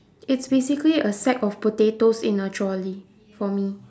it's basically a sack of potatoes in a trolley for me